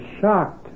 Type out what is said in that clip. shocked